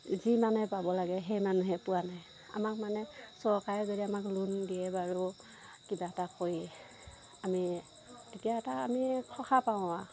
যি মানুহে পাব লাগে সেই মানুহে পোৱা নাই আমাক মানে চৰকাৰে আমাক যদি লোন দিয়ে বাৰু কিবা এটা কৰি আমি তেতিয়া এটা আমি সকাহ পাওঁ আৰু